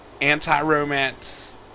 anti-romance